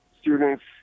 students